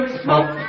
smoke